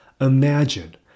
Imagine